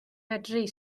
medru